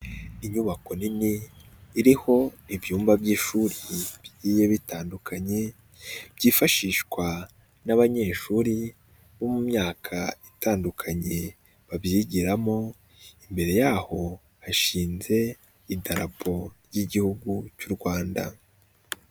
Inyubako nini iriho ibyumba by'ishuri bigiye bitandukanye byifashishwa n'abanyeshuri bo mu myaka itandukanye babyigiramo, imbere yaho hashinze Idarapo ry'Igihugu cy'u Rwanda.